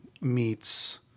meets